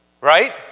Right